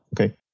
Okay